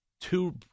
two